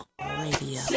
radio